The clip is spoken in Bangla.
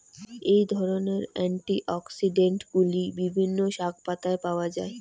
এই ধরনের অ্যান্টিঅক্সিড্যান্টগুলি বিভিন্ন শাকপাতায় পাওয়া য়ায়